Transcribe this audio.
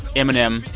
eminem,